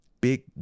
big